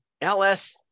LS